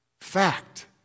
Fact